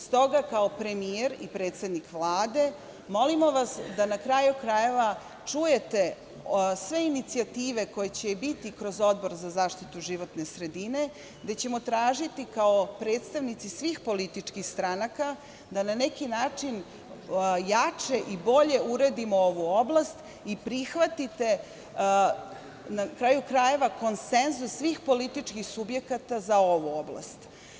S toga, kao premijer i predsednik Vlade, molimo vas da, na kraju krajeva, čujete sve inicijative koje će biti kroz Odbor za zaštitu životne sredine, gde ćemo tražiti kao predstavnici svih političkih stranaka da na neki način jače i bolje uredimo ovu oblast i prihvatite konsenzus svih političkih subjekata za ovu oblast.